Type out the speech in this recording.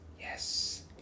Yes